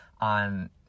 on